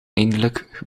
eindelijk